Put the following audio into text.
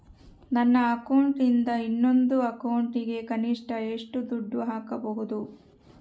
ನನ್ನ ಅಕೌಂಟಿಂದ ಇನ್ನೊಂದು ಅಕೌಂಟಿಗೆ ಕನಿಷ್ಟ ಎಷ್ಟು ದುಡ್ಡು ಹಾಕಬಹುದು?